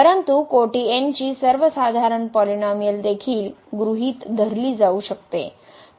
परंतु कोटी n ची सर्वसाधारण पॉलिनोमिअल देखील गृहित धरली जाऊ शकते